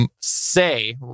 say